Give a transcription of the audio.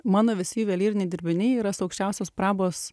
mano visi juvelyriniai dirbiniai yra su aukščiausios prabos